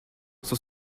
son